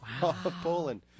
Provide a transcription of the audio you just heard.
Poland